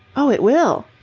oh, it will!